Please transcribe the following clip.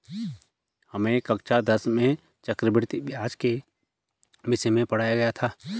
हमें कक्षा दस में चक्रवृद्धि ब्याज के विषय में पढ़ाया गया था